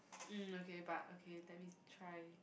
mm okay but okay let me try